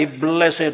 blessed